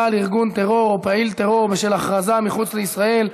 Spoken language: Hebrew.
על ארגון טרור או על פעיל טרור בשל הכרזה מחוץ לישראל),